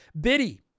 Biddy